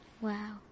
Wow